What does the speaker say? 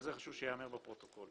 חשוב שזה ייאמר בפרוטוקול.